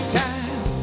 time